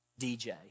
DJ